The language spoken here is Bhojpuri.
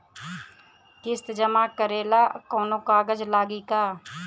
किस्त जमा करे ला कौनो कागज लागी का?